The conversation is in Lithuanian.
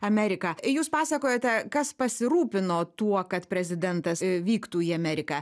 ameriką jūs pasakojote kas pasirūpino tuo kad prezidentas vyktų į ameriką